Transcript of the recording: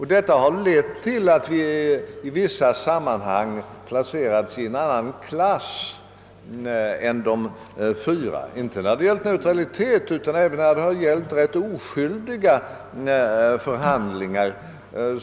Detta har lett till att Sverige i vissa sammanhang placerats i en annan klass än de fyra staterna, inte bara när det gällt neutraliteten utan även när det har gällt ganska oskyldiga förhandlingar.